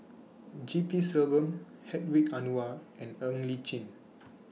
G P Selvam Hedwig Anuar and Ng Li Chin